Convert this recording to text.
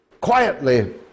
quietly